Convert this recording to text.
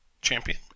Champion